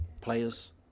players